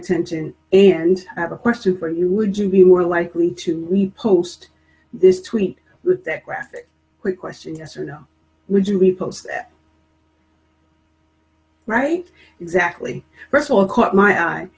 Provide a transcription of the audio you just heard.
attention and i have a question for you would you be more likely to post this tweet with that graphic quick question yes or no would you repose right exactly press or caught my eye